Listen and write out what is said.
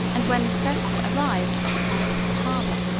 and when this vessel arrived off the mouth of the harbor,